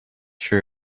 sure